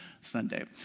Sunday